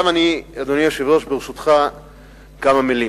אדוני היושב-ראש, ברשותך, עכשיו, כמה מלים.